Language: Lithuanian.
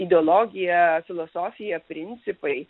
ideologija filosofija principai